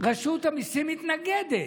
שרשות המיסים מתנגדת